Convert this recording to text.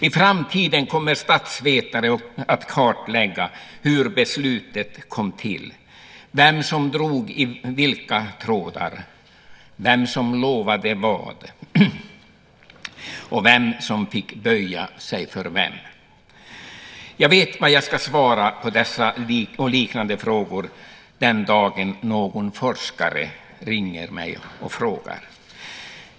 I framtiden kommer statsvetare att kartlägga hur beslutet kom till, vem som drog i vilka trådar, vem som lovade vad och vem som fick böja sig för vem. Jag vet vad jag ska svara på dessa och liknande frågor den dag någon forskare ringer mig och frågar.